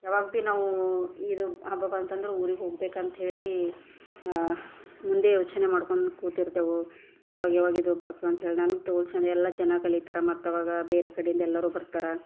ಯಾವಾಗ ಭೀ ನಾವು ಇದು ಹಬ್ಬ ಬಂತೆಂದರೆ ಊರಿಗೆ ಹೋಗ್ಬೇಕಂಥೇಳಿ ಮುಂದೆ ಯೋಚನೆ ಮಾಡ್ಕೊಂಡು ಕೂತಿರ್ತೆವು ಯಾವಾಗ್ಯವಾಗ ಇದು ಬರ್ತದೆ ಅಂಥೇಳಿ ನನಗೆ ತೋಲ್ ಜನ ಎಲ್ಲ ಚೆನ್ನಾಗಿ ಕಲಿತಾರ ಮತ್ತು ಆವಾಗ ಬೇರೆ ಕಡೆಯಿಂದ ಎಲ್ಲರೂ ಬರ್ತಾರೆ